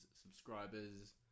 subscribers